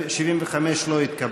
75 לא התקבלה.